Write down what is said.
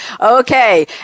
Okay